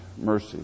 mercy